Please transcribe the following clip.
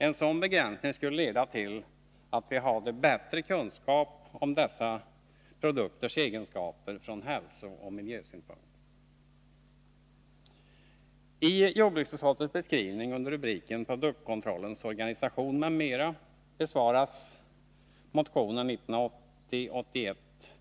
En sådan begränsning skulle leda till att vi hade bättre kunskap om dessa produkters egenskaper från hälsooch miljösynpunkt.